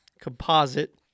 composite